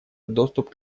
доступ